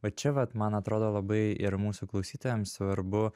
va čia vat man atrodo labai ir mūsų klausytojam svarbu